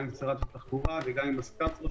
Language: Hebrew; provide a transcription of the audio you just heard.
גם עם שרת התחבורה וגם עם --- ראש